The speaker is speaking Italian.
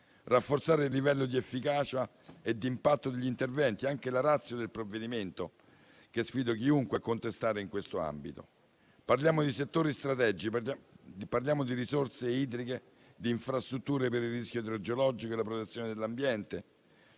rafforzare il livello di efficacia e di impatto degli interventi, che è anche la *ratio* del provvedimento che sfido chiunque a contestare in questo ambito. Parliamo di settori strategici, di risorse idriche, di infrastrutture per il rischio idrogeologico e la protezione dell'ambiente,